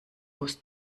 aus